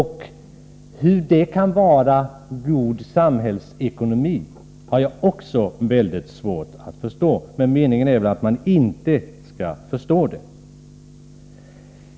Hur det skulle kunna vara god samhällsekonomi har jag också mycket svårt att förstå. Men meningen är väl att man inte skall förstå det.